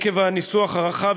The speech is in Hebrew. עקב הניסוח הרחב,